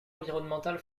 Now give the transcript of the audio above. environnemental